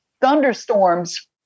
thunderstorms